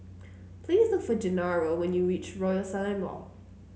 please look for Gennaro when you reach Royal Selangor